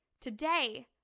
Today